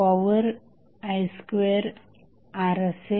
power i2R असेल